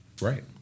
Right